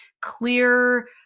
clear